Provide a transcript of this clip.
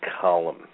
column